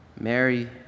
Mary